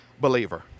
believer